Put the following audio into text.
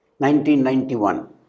1991